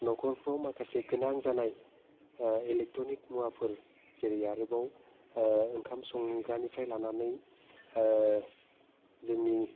न'खरफ्राव माखासे गोनां जानाय इलेकट्रिक मुवाफोर जेरै आरोबाव ओंखाम संग्रानिफ्राय लानानै जोंनि